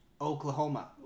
Oklahoma